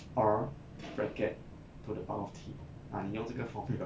R bracket to the power of T ah 你用这个 formula